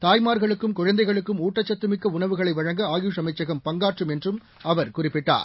தாய்மார்களுக்கும் குழந்தைகளுக்கும் ஊட்டச்சத்துமிக்க உணவுகளை வழங்க ஆயுஷ் அமைச்சகம் பங்காற்றும் என்றும் அவர் குறிப்பிட்டார்